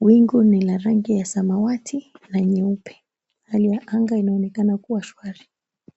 Wingu ni la rangi ya samawati na nyeupe, hali ya anga inaonekana kuwa shwari.